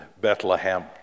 bethlehem